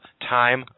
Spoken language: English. time